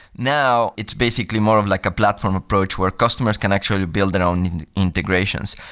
now, it's basically more of like a platform approach, where customers can actually build their own integrations.